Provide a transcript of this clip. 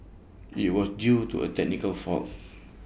IT was due to A technical fault